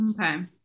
okay